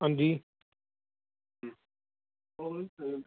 अंजी